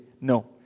No